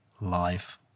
life